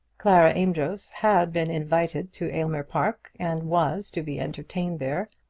clara amedroz had been invited to aylmer park, and was to be entertained there,